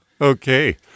Okay